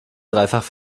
dreifach